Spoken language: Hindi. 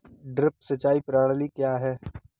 ड्रिप सिंचाई प्रणाली क्या है?